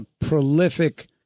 prolific